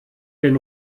den